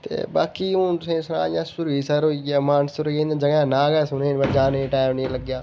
ते बाकी हून तुसेंगी सनांऽ इं'या सरूईंसर होइया मानसर होइया इ'नें जगहें दे नांऽ गै सुने बाऽ जाने गी टैम निं लग्गेआ